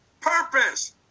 Purpose